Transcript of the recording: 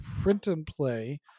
print-and-play